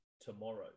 tomorrow